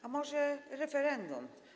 A może referendum?